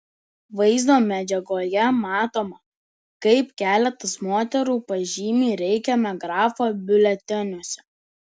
vaizdo medžiagoje matoma kaip keletas moterų pažymi reikiamą grafą biuleteniuose